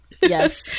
yes